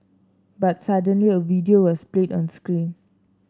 but suddenly a video was played on screen